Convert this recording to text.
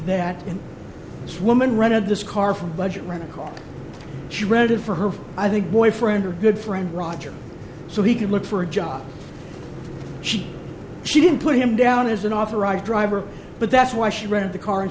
that this woman rented this car from budget rent a car she rented for her for i think boyfriend or good friend roger so he could look for a job she she didn't put him down as an authorized driver but that's why she read the car and